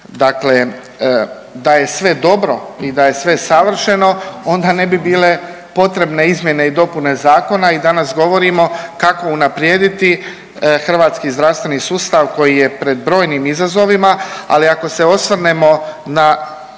Dakle da je sve dobro i da je sve savršeno, onda ne bi bile potrebne izmjene i dopune zakona i danas govorimo kako unaprijediti hrvatski zdravstveni sustav koji je pred brojnim izazovima, ali ako se osvrnemo na